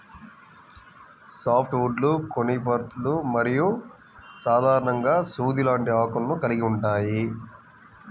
soft వుడ్లు కోనిఫర్లు మరియు సాధారణంగా సూది లాంటి ఆకులను కలిగి ఉంటాయి